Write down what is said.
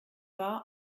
war